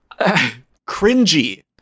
Cringy